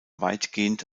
weitgehend